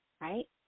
right